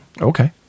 Okay